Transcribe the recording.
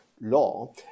law